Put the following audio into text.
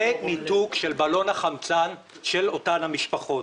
זה ניתוק של בלון החמצן של אותן משפחות.